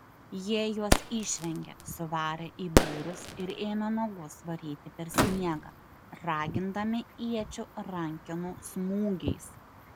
jie juos išrengė suvarė į būrius ir ėmė nuogus varyti per sniegą ragindami iečių rankenų smūgiais